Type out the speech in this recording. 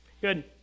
good